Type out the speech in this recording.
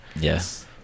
Yes